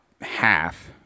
half